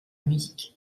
musique